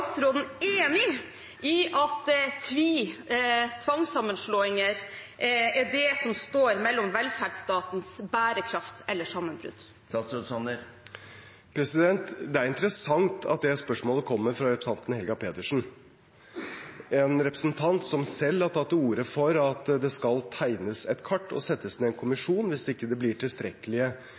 enig i at tvangssammenslåinger er det som står mellom velferdsstatens bærekraft og sammenbrudd? Det er interessant at det spørsmålet kommer fra representanten Helga Pedersen, en representant som selv har tatt til orde for at det skal tegnes et kart og settes ned en kommisjon hvis det ikke blir tilstrekkelige